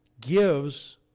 gives